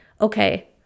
okay